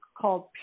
called